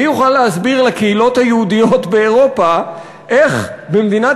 מי יוכל להסביר לקהילות היהודיות באירופה איך במדינת